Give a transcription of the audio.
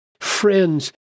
friends